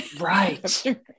Right